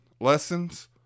lessons